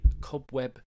cobweb